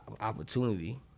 opportunity